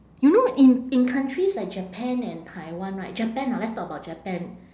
you know in in countries like japan and taiwan right japan ah let's talk about japan